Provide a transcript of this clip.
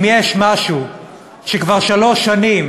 אם יש משהו שכבר שלוש שנים